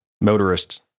motorists